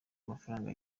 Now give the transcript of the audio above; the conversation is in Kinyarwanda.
amafaranga